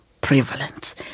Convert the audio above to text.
prevalent